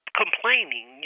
complaining